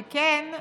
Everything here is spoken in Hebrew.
שכן,